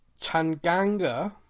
Tanganga